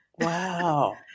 Wow